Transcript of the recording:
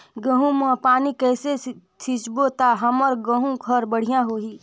गहूं म पानी कइसे सिंचबो ता हमर गहूं हर बढ़िया होही?